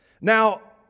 Now